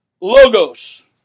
Logos